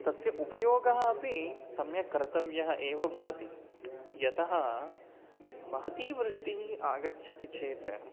तस्य उपयोगः अपि सम्यक् कर्तव्यः एव भवति यतः महती वृष्टिः आगच्छति चेत्